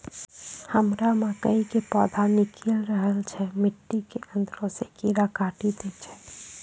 हमरा मकई के पौधा निकैल रहल छै मिट्टी के अंदरे से कीड़ा काटी दै छै?